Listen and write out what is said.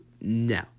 No